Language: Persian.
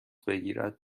بگیرد